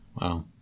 wow